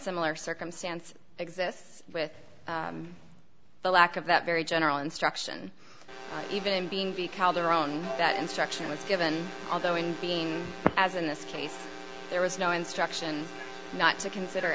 similar circumstance exists with the lack of that very general instruction even being b calderon that instruction was given although in being as in this case there was no instruction not to consider